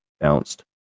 bounced